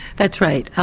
that's right,